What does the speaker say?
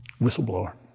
whistleblower